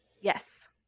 Yes